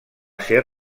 ser